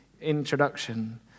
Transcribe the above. introduction